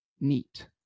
Neat